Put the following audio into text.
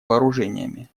вооружениями